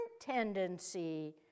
tendency